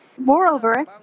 Moreover